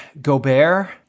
Gobert